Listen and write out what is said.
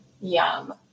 yum